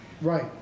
Right